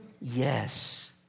yes